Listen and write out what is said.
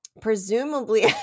Presumably